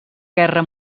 guerra